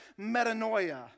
metanoia